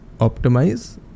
optimize